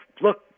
look